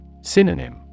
Synonym